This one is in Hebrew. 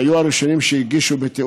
שהיו הראשונים שהגישו זאת,